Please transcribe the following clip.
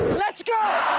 let's go.